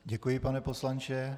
Děkuji, pane poslanče.